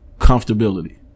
comfortability